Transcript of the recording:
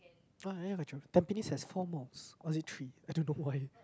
ah Tampines has four malls or is it three I don't know why